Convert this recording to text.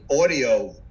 audio